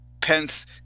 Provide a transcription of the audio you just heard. Pence